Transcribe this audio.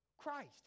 Christ